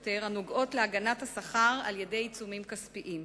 יותר הנוגעות להגנת השכר על-ידי עיצומים כספיים.